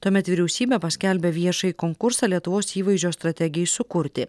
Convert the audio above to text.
tuomet vyriausybė paskelbė viešąjį konkursą lietuvos įvaizdžio strategijai sukurti